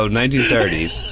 1930s